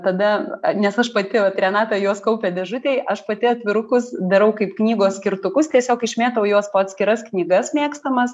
tada nes aš pati vat renata juos kaupia dėžutėj aš pati atvirukus darau kaip knygos skirtukus tiesiog išmėtau juos po atskiras knygas mėgstamas